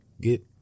get